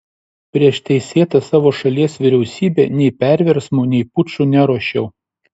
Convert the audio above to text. prieš teisėtą savo šalies vyriausybę nei perversmų nei pučų neruošiau